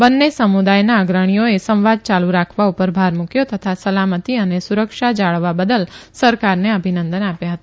બંને સમુદાયના અગ્રણીઓએ સંવાદ ચાલુ રાખવા પર ભાર મુકયો તથા સલામતી અને સુરક્ષા જાળવવા બદલ સરકારને અભિનંદન આપ્યા હતા